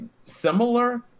similar